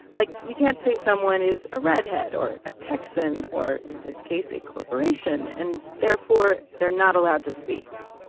like, you can't say someone is a redhead or a texan, or, in this case, a corporation. and therefore, they're not allowed to speak.